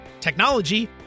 technology